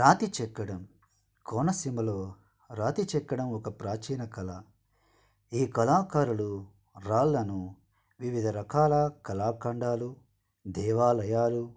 రాతి చెక్కడం కోనసీమలో రాతి చెక్కడం ఒక ప్రాచీన కళ ఈ కళాకారులు రాళ్ళను వివిధ రకాలా కళాఖండాలు దేవాలయాలు